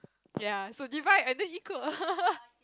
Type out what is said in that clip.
yea so divide and then equal